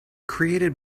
created